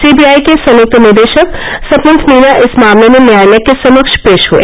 CBI के संयुक्त निदेशक सपत मीना इस मामले में न्यायालय के समक्ष पेश हुए